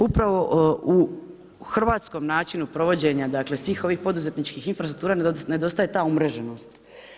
Upravo u hrvatskom načinu provođenja svih ovih poduzetničkih infrastruktura, nedostaje ta uređenost.